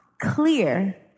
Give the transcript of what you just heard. clear